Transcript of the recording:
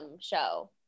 show